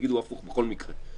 יגידו הפוך בכל מקרה,